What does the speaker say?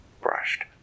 brushed